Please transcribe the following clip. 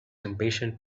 impatient